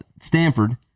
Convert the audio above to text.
Stanford